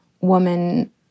woman